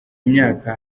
imyaka